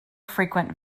frequent